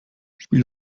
spiel